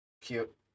Cute